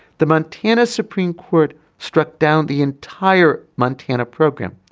the montana supreme court struck down the entire montana program.